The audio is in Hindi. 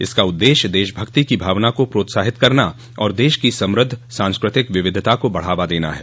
इसका उद्देश्य देशभक्ति की भावना को प्रोत्साहित करना और देश की समृद्ध सांस्कृतिक विविधता को बढ़ावा देना है